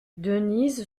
denise